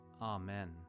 Amen